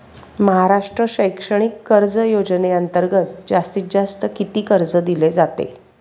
महाराष्ट्र शैक्षणिक कर्ज योजनेअंतर्गत जास्तीत जास्त किती कर्ज दिले जाते?